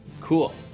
Cool